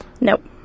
Nope